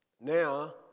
Now